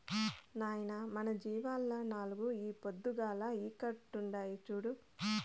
నాయనా మన జీవాల్ల నాలుగు ఈ పొద్దుగాల ఈకట్పుండాయి చూడు